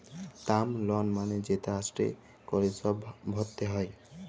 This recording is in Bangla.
টার্ম লল মালে যেট আস্তে ক্যরে ছব ভরতে হ্যয়